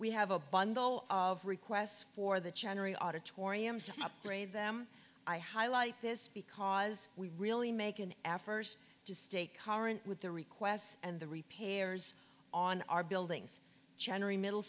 we have a bundle of requests for the chantrey auditorium to upgrade them i highlight this because we really make an effort to stay current with the requests and the repairs on our buildings generally middle